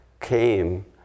came